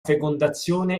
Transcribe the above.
fecondazione